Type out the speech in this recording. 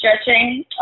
stretching